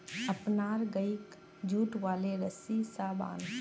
अपनार गइक जुट वाले रस्सी स बांध